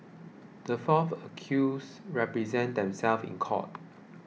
the fourth accused represented themselves in court